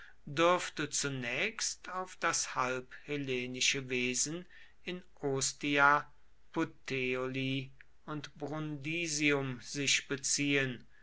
dürfte zunächst auf das halbhellenische wesen in ostia puteoli und brundisium sich beziehen